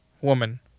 woman